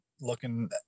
looking